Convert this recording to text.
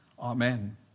Amen